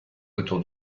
autour